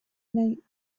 night